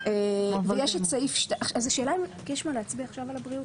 אז השאלה אם יש מה להצביע עכשיו על הבריאות,